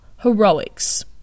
heroics